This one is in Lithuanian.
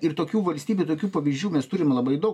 ir tokių valstybių tokių pavyzdžių mes turim labai daug